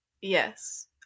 yes